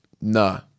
nah